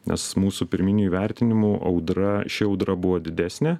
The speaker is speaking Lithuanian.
nes mūsų pirminiu įvertinimu audra ši audra buvo didesnė